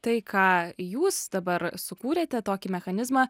tai ką jūs dabar sukūrėte tokį mechanizmą